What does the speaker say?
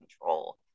control